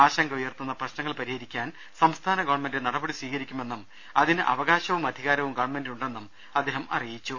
ആശങ്ക ഉയർത്തുന്ന പ്രശ് നങ്ങൾ പ്രിഹരിക്കാൻ സംസ്ഥാന ഗവൺമെന്റ് നടപടി സ്വീകരിക്കുമെന്നും അതിന് അവകാശവും അധികാരവും ഗവൺമെന്റിനുണ്ടെന്നും അദ്ദേഹം അറിയിച്ചു